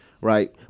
right